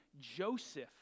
Joseph